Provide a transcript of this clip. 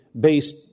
based